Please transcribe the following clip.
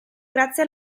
grazie